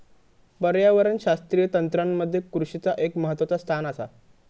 पर्यावरणशास्त्रीय तंत्रामध्ये कृषीचा एक महत्वाचा स्थान आसा